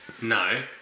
No